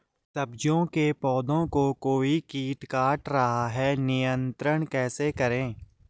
सब्जियों के पौधें को कोई कीट काट रहा है नियंत्रण कैसे करें?